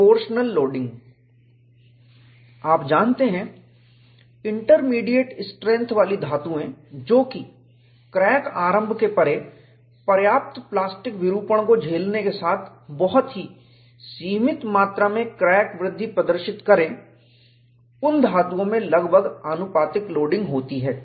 proportional loading आप जानते हैं इंटरमीडिएट स्ट्रेंथ वाली धातुएं जो कि क्रैक आरम्भ के परे पर्याप्त प्लास्टिक विरूपण को झेलने के साथ बहुत ही सीमित मात्रा में क्रैक वृद्धि प्रदर्शित करें उन धातुओं में लगभग आनुपातिक लोडिंग होती है